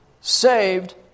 saved